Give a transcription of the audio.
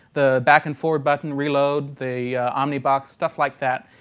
the back and forward button, reload, the omnibox, stuff like that.